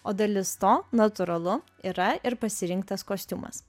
o dalis to natūralu yra ir pasirinktas kostiumas